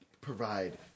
provide –